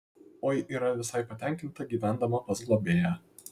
oi yra visai patenkinta gyvendama pas globėją